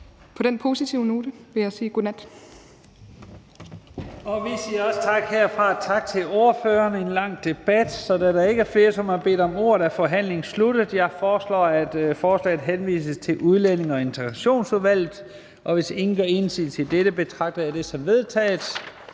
på den positive note vil jeg sige godnat.